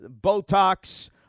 Botox